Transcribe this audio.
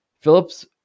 Phillips